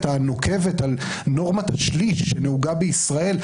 הנוקבת על נורמת השליש שנהוגה בישראל.